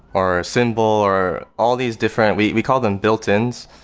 or a symbol, or all these different we we call them built-ins,